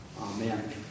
Amen